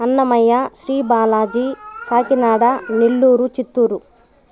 Annamayya Sri Balaji Kakinada Nellore Chittoor